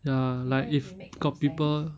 ya like if got people